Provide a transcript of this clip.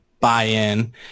buy-in